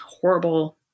horrible